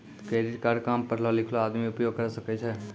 Credit card काम पढलो लिखलो आदमी उपयोग करे सकय छै?